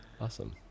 Awesome